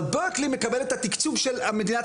אבל ברקלי מקבלת את התקצוב של מדינת